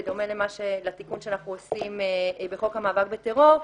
בדומה לתיקון שאנחנו עושים בחוק המאבק בטרור,